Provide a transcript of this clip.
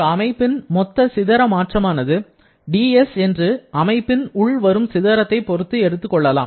ஒரு அமைப்பின் மொத்த சிதற மாற்றமானது dS என்று அமைப்பின் உள் வரும் சிதறத்தை பொறுத்து எடுத்துக்கொள்ளலாம்